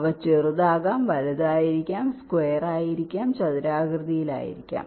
അവ ചെറുതാകാം വലുതായിരിക്കാം സ്ക്വയർ ആയിരിക്കാം ചതുരാകൃതിയിലാകാം